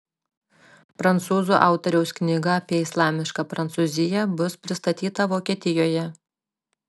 prancūzų autoriaus knyga apie islamišką prancūziją bus pristatyta vokietijoje